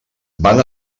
van